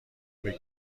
بگی